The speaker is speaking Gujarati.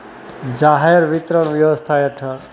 જાહેર વિતરણ વ્યવસ્થા હેઠળ